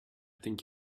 think